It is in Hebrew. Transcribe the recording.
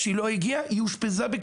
בגלל שהיא לא הגיעה היא אושפזה בכפייה,